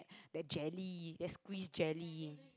the jelly that squeeze jelly